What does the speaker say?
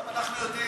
גם אנחנו יודעים.